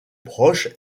proche